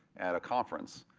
at a conference.